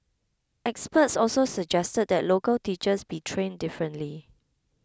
experts also suggested that local teachers be trained differently